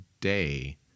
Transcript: day